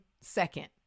second